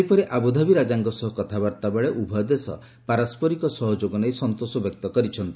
ସେହିପରି ଆବୁଧାବୀ ରାଜାଙ୍କ ସହ କଥାବାର୍ତ୍ତା ବେଳେ ଉଭୟ ଦେଶ ପାରସ୍କରିକ ସହଯୋଗ ନେଇ ସନ୍ତୋଷ ବ୍ୟକ୍ତ କରିଛନ୍ତି